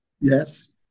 Yes